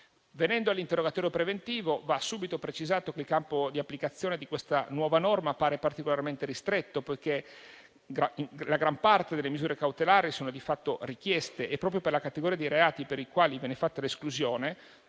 Venendo all'interrogatorio preventivo, va subito precisato che il campo di applicazione di questa nuova norma appare particolarmente ristretto, poiché la gran parte delle misure cautelari è di fatto richiesta, e proprio per la categoria dei reati per i quali viene fatta l'esclusione: